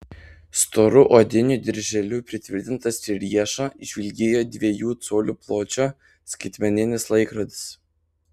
storu odiniu dirželiu pritvirtintas prie riešo žvilgėjo dviejų colių pločio skaitmeninis laikrodis